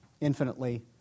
infinitely